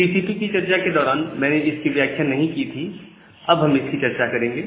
TCP की चर्चा के दौरान मैंने इसकी व्याख्या नहीं की थी अब हम इसकी चर्चा यहां करेंगे